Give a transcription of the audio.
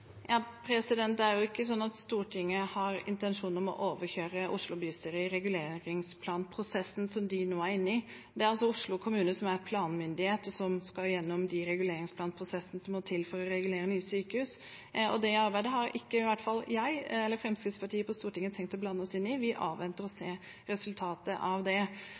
Det er ikke sånn at Stortinget har intensjon om å overkjøre Oslo bystyre i reguleringsplanprosessen som de nå er inne i. Det er Oslo kommune som er planmyndighet, og som skal gjennom de reguleringsplanprosessene som må til for nye sykehus. Det arbeidet har i hvert fall ikke jeg eller Fremskrittspartiet på Stortinget tenkt å blande oss inn i. Vi avventer resultatet av det.